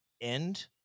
end